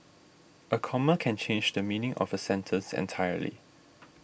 a comma can change the meaning of a sentence entirely